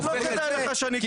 לא כדאי שאני אכנס איתך למהות.